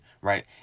right